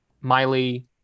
Miley